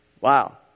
Wow